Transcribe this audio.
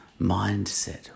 mindset